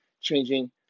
changing